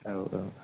औ औ